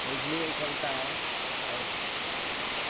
न इसलिए चलता है और